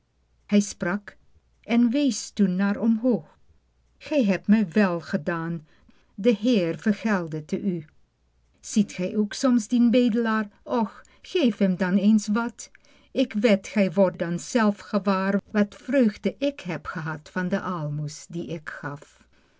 hij sprak en wees toen naar omhoog gij hebt mij wèl gedaan de heer vergelde t u ziet gij ook soms dien bedelaar och geef hem dan eens wat ik wed gij wordt dan zelf gewaar wat vreugde ik heb gehad van de aalmoes die ik gaf